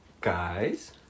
Guys